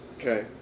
okay